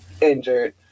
injured